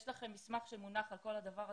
יש לכם מסמך שמונח על כל הדבר הזה.